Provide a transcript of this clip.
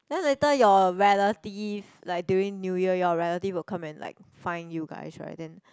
then later your relative like during New Year your relative will come and like find you guys right then